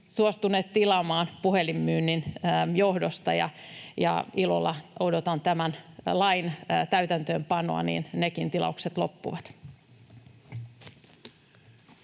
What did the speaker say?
suostuneet tilaamaan puhelinmyynnin johdosta. Ilolla odotan tämän lain täytäntöönpanoa, jotta nekin tilaukset loppuvat.